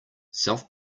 self